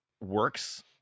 works